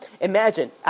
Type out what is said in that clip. Imagine